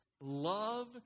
Love